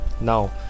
Now